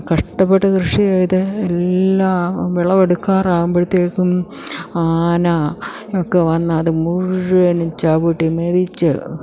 കഷ്ടപ്പെട്ടു കൃഷി ചെയ്തു എല്ലാ വിളവെടുക്കാർ ആകുമ്പോഴത്തേക്കും ആന ഒക്കെ വന്നത് മുഴുവനും ചവിട്ടി മെതിച്ചു